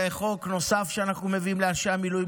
זה חוק נוסף שאנחנו מביאים לאנשי המילואים,